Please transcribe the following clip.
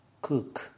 Cook